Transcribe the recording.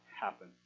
happen